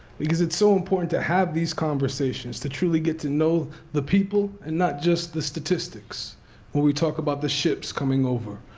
because it's so important to have these conversations, to truly get to know the people, and not just the statistics when we talk about the ships coming over.